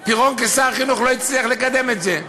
היה בה, פירון כשר החינוך לא הצליח לקדם את זה.